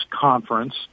conference